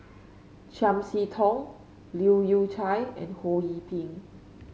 Chiam See Tong Leu Yew Chye and Ho Yee Ping